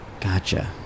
Gotcha